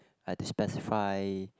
I have to specify